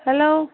hello